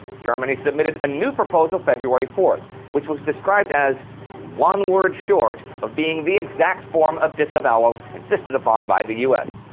germany submitted a new proposal february fourth, which was described as one word short of being the exact form of disavowal insisted upon by the us.